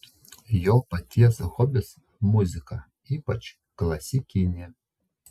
jo paties hobis muzika ypač klasikinė